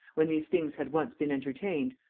when these things had once been entertained,